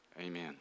Amen